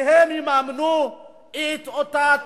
והם יממנו את אותה תעמולה,